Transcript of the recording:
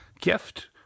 gift